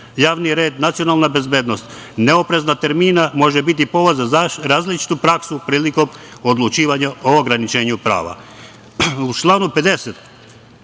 javni red, nacionalna bezbednost. Neoprezan termina može biti povod za različitu praksu prilikom odlučivanju o ograničenju prava.U